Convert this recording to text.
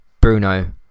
Bruno